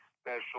special